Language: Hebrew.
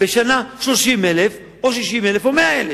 בשנה 30,000 או 60,000 או 100,000,